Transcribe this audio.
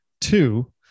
two